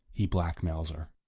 he blackmails her.